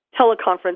teleconference